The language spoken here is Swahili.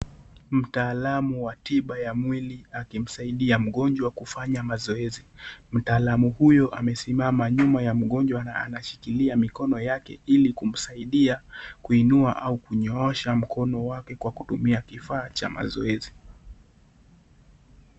Mtaalamu wa tiba ya mwili akimsaidia mgonjwa kufanya mazoezi. Mtaalamu huyu amesimama nyuma ya mgonjwa na anashikilia mikono yake ili kumsaidia kuinua au kunyoosha mikono yake kwa kutumia kifaa cha mazoezi.